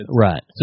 Right